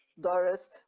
Doris